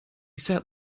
sat